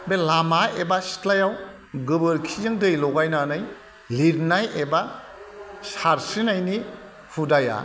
बे लामा एबा सिथ्लायाव गोबोरखिजों दै लगायनानै लिरनाय एबा सारस्रिनायनि हुदाया